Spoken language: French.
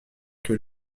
que